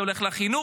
זה הולך לחינוך,